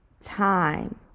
time